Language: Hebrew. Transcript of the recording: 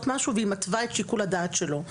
משהו והיא מתווה את שיקול הדעת שלו.